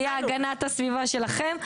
היה הגנת הסביבה שלכם.